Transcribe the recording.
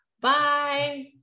Bye